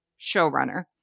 showrunner